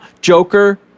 Joker